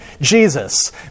Jesus